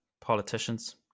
politicians